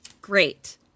Great